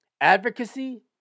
advocacy